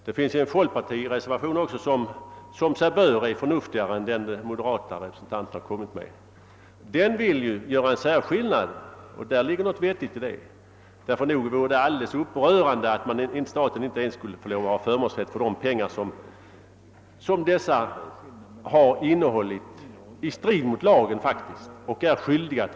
Det har avgivits en folkpartireservation som i det fallet är förnuftigare — som sig bör — än moderaternas. Folkpartireservanten vill göra skillnad, och det ligger något vettigt i det. Det vore upprörande om staten inte skulle ha förmånsrätt ens till de pengar som arbetsgivare innehållit och i strid mot lagen icke redovisat.